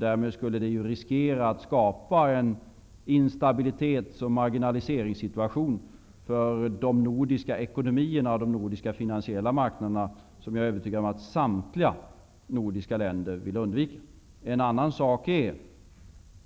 Därmed skulle det riskera att skapa en instabilitet och marginalisering för de nordiska ekonomierna och de nordiska finansiella marknaderna som jag är övertygad om att samtliga nordiska länder vill undvika. En annan sak är